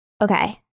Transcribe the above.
okay